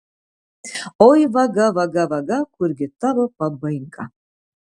oi vaga vaga vaga kurgi tavo pabaiga